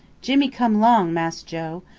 jimmy come long mass joe.